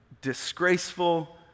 disgraceful